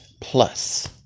plus